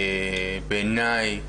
בעיניי,